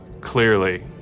clearly